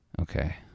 Okay